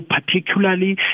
particularly